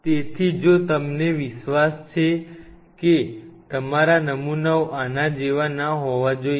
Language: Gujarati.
તેથી જો તમને વિશ્વાસ છે કે તમારા નમૂનાઓ આના જેવા ના હોવા જોઇએ